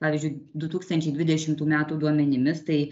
pavyzdžiui du tūkstančiai dvidešimtų metų duomenimis tai